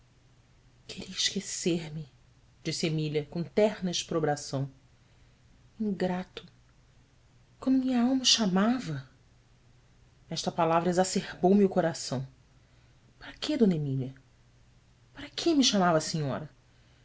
queria esquecer-me disse emília com terna exprobração ingrato quando minha alma o chamava esta palavra exacerbou me o coração ara quê mília ara que me chamava a senhora